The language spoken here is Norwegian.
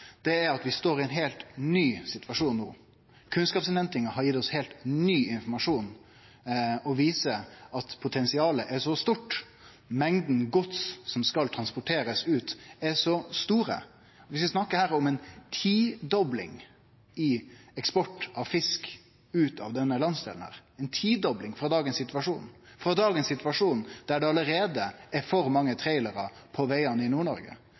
om, er at vi står i ein heilt ny situasjon no. Kunnskapsinnhentinga har gitt oss heilt ny informasjon og viser at potensialet er så stort, mengda gods som skal transporterast ut, er så stor – vi snakkar her om ei tidobling av eksport av fisk ut av denne landsdelen – ei tidobling – samanlikna med dagens situasjon, og dagens situasjon er at det er altfor mange trailerar på vegane i